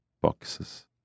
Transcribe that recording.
boxes